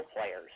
players